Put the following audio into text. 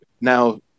now